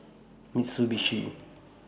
Mitsubishi